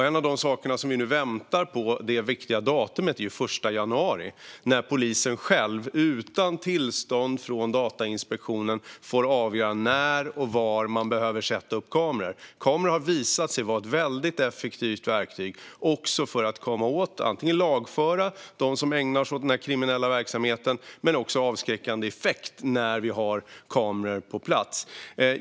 En av de sakerna, som vi nu väntar på, sker det viktiga datumet den 1 januari. Då får polisen själv, utan tillstånd från Datainspektionen, avgöra när och var man behöver sätta upp kameror. Kameror har visat sig vara ett väldigt effektivt verktyg för att komma åt och lagföra dem som ägnar sig åt kriminell verksamhet. Det har också en avskräckande effekt när vi har kameror på plats.